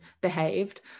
behaved